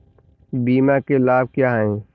बीमा के लाभ क्या हैं?